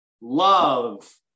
love